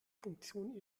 funktion